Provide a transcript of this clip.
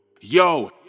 Yo